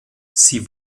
sie